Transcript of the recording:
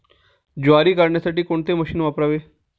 ज्वारी काढण्यासाठी कोणते मशीन वापरावे?